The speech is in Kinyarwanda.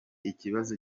ikibazo